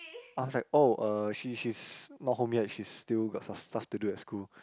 I was like oh uh she she's not home yet she still got some stuff to do at school